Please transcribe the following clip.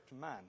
man